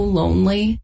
lonely